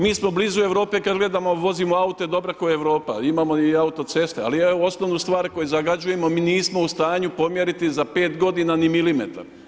Mi smo blizu Europe kad gledamo, vozimo aute dobre kao i Europa, imamo i autoceste, ali osnovnu stvar koju zagađujemo, mi nismo u stanju pomjeriti za 5 godina ni milimetar.